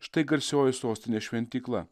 štai garsioji sostinės šventykla